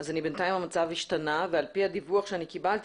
בינתיים המצב השתנה ועל פי הדיווח שאני קיבלתי